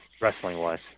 wrestling-wise